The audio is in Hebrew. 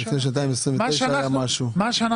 לפני שנתיים היה 29. שאל